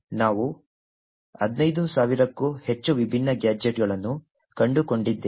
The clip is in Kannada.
ನಾವು 15000 ಕ್ಕೂ ಹೆಚ್ಚು ವಿಭಿನ್ನ ಗ್ಯಾಜೆಟ್ಗಳನ್ನು ಕಂಡುಕೊಂಡಿದ್ದೇವೆ